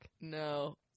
No